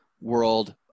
world